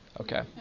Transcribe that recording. okay